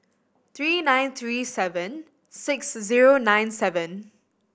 three nine three seven six zero nine seven